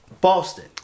Boston